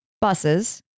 buses